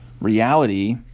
reality